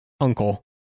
uncle